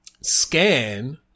Scan